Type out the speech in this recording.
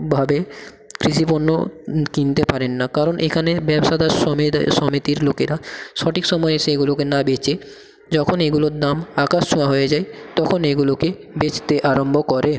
ভাবে কৃষি পণ্য কিনতে পারেন না কারণ এখানে ব্যবসাদার সমেত সমিতির লোকেরা সঠিক সময় সেগুলোকে না বেচে যখন এগুলোর দাম আকাশ ছোঁয়া হয়ে যায় তখন এগুলোকে বেচতে আরম্ভ করে